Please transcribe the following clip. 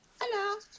Hello